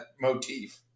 motif